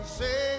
say